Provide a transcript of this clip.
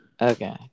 Okay